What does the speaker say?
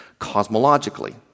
cosmologically